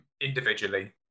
individually